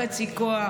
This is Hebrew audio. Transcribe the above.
חצי כוח,